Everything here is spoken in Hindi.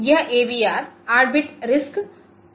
यह AVR 8 बिट आरआईएससी आर्किटेक्चर है